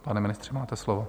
Pane ministře, máte slovo.